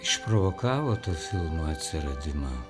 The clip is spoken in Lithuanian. išprovokavo to filmo atsiradimą